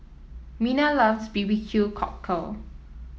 Mina loves B B Q Cockle